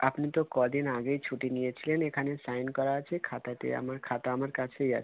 আপনি তো কদিন আগেই ছুটি নিয়েছিলেন এখানে সাইন করা আছে খাতাতে আমার খাতা আমার কাছেই আছে